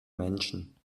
menschen